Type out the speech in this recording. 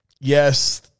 Yes